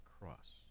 cross